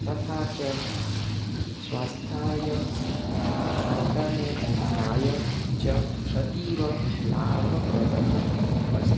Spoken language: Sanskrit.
तथा च स्वास्थ्याय पठने सायं च अतीव लाभप्रदः अस्ति